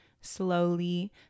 slowly